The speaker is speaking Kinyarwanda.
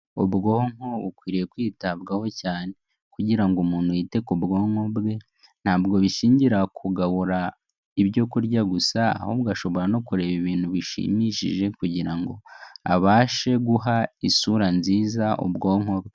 Ubwonko bukwiriye kwitabwaho cyane kugira ngo umuntu yite ku bwonko bwe, ntabwo bishingira kugabura ibyo kurya gusa ahubwo ashobora no kureba ibintu bishimishije kugira ngo abashe guha isura nziza ubwonko bwe.